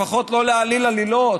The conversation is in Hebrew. לפחות לא להעליל עלילות,